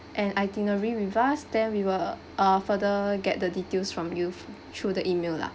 and itinerary with us then we will uh further get the details from you through the E-mail lah